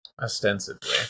Ostensibly